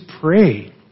pray